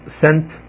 sent